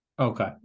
Okay